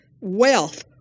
wealth